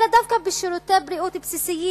אלא דווקא בשירותי בריאות בסיסיים,